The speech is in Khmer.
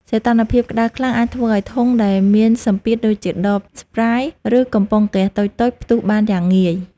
សីតុណ្ហភាពក្តៅខ្លាំងអាចធ្វើឱ្យធុងដែលមានសម្ពាធដូចជាដបស្ព្រៃយ៍ ឬកំប៉ុងហ្គាសតូចៗផ្ទុះបានយ៉ាងងាយ។